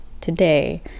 today